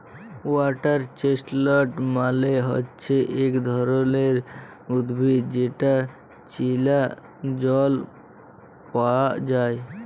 water chestnut মালে হচ্যে ইক ধরণের উদ্ভিদ যেটা চীলা জল পায়া যায়